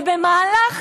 ובהליך